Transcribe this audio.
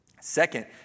Second